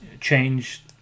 change